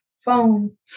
phone